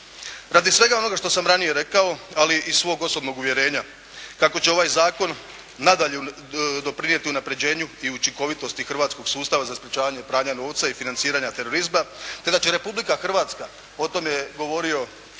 Radi svega onoga što sam ranije rekao, ali i iz svog osobnog uvjerenja kako će ovaj zakon nadalje doprinijeti unaprjeđenju i učinkovitosti hrvatskog sustava za sprječavanje pranja novca i financiranja terorizma te da će Republika Hrvatska, o tome je govorio